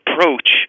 approach